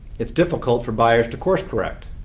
it's difficult for buyers to course correct.